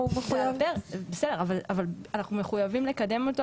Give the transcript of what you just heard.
אבל אנחנו מחויבים לקדם.